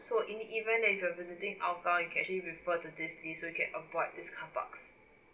so in the event that you are visiting hougang you can actually refer to this list so you can avoid these carparks